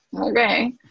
okay